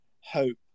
hope